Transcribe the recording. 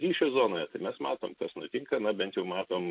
ryšio zonoje mes matom kas nutinka na bent jau matom